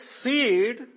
seed